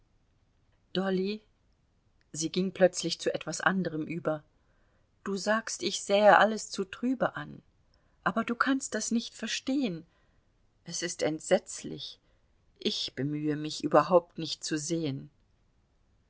über du sagst ich sähe alles zu trübe an aber du kannst das nicht verstehen es ist zu entsetzlich ich bemühe mich überhaupt nicht zu sehen